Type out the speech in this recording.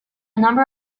number